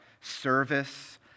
service